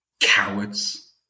Cowards